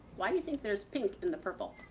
why do you think there is pink in the purple?